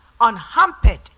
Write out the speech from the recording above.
unhampered